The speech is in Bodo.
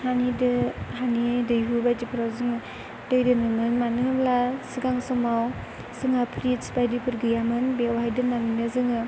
हानि दो हानि दैहु बायदिफोराव जोङो दै दोनोमोन मानो होनोब्ला सिगां समाव जोंहा फ्रिज बायदिफोर गैयामोन बेवहाय दोननानैनो जोङो